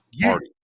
party